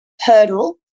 hurdle